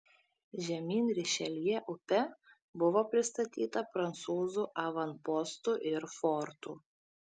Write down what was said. žemyn rišeljė upe buvo pristatyta prancūzų avanpostų ir fortų